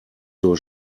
zur